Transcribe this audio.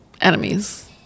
Enemies